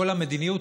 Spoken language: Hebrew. כל המדיניות,